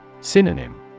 Synonym